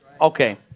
Okay